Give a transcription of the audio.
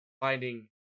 finding